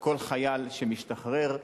כל חייל שמשתחרר,